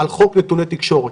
על חוק נתוני תקשורת.